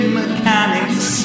mechanics